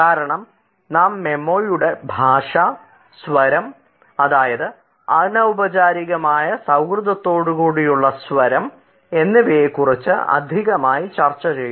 കാരണം നാം മെമ്മോയുടെ ഭാഷാ സ്വരം അതായത് അനൌപചാരികമായ സൌഹൃദത്തോടെ കൂടിയുള്ള സ്വരം എന്നിവയെക്കുറിച്ച് അധികമായി ചർച്ചചെയ്തു